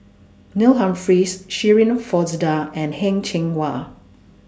Neil Humphreys Shirin Fozdar and Heng Cheng Hwa